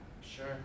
Sure